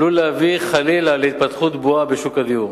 עלול להביא חלילה להתפתחות בועה בשוק הדיור,